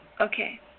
okay